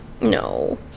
No